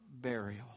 burial